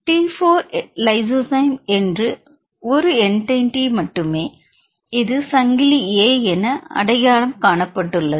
T4 LYSOZYME என்று 1 entity மட்டுமே இது சங்கிலி A என அடையாளம் காணப்பட்டுள்ளது